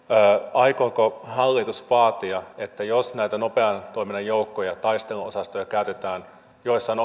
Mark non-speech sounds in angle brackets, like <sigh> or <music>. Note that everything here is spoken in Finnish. aikooko hallitus vaatia että jos näitä nopean toiminnan joukkoja taisteluosastoja käytetään joissain <unintelligible>